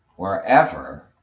Wherever